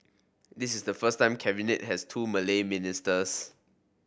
this is the first time Cabinet has two Malay ministers